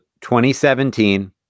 2017